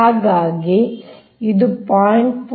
ಹಾಗಾಗಿ ಇದು 0